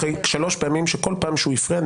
אחרי שלוש פעמים כאשר כל פעם שהוא הפריע,